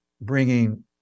bringing